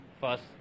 first